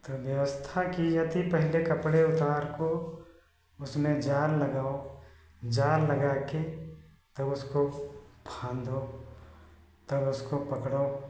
तो व्यवस्था की जाती पहले कपड़े उतार को उसमें जाल लगाओ जाल लगा के और उसको बाँध दो तब उसको पकड़ो